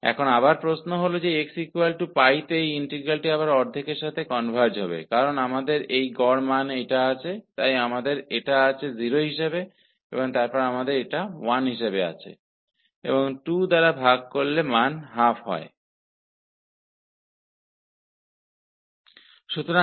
अब फिर वही प्रश्न है कि xπ पर इस इंटीग्रल का मान फिर से ½ हो जाएगा क्योंकि हमारे पास यह औसत मान ff2 है जहां का मान 0 है और का मान 1 है इनको जोड़कर 2 से विभाजित करने पर इसका मान ½ आता है